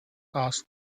asked